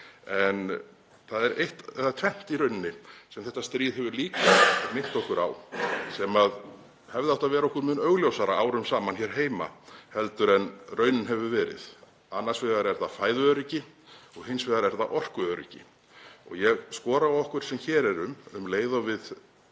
Það er tvennt sem þetta stríð hefur líka minnt okkur á sem hefði átt að vera okkur mun augljósara árum saman hér heima en raunin hefur verið. Annars vegar er það fæðuöryggi og hins vegar er það orkuöryggi. Ég skora á okkur sem hér erum, um leið og við